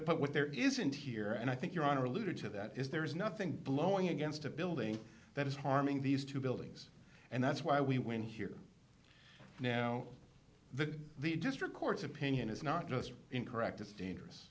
public there isn't here and i think your honor alluded to that is there is nothing blowing against a building that is harming these two buildings and that's why we win here now that the district court's opinion is not just incorrect it's dangerous